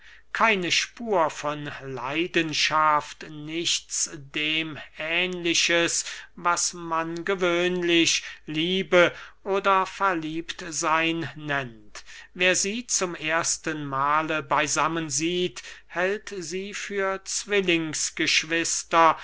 keine spur von leidenschaft nichts dem ähnliches was man gewöhnlich liebe oder verliebtseyn nennt wer sie zum ersten mahle beysammen sieht hält sie für